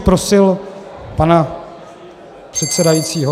Prosil bych pana předsedajícího.